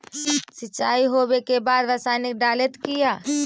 सीचाई हो बे के बाद रसायनिक डालयत किया?